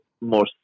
more